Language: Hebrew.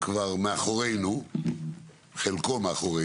כבר מאחורינו אבל